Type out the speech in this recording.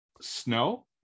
Snow